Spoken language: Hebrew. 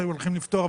שהיו יכולים לפתור.